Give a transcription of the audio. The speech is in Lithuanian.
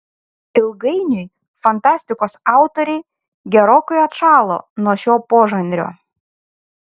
ilgainiui fantastikos autoriai gerokai atšalo nuo šio požanrio